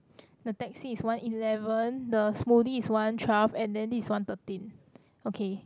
the taxi is one eleven the smoothie is one twelve and then this is one thirteen okay